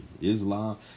Islam